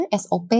SOP